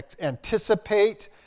anticipate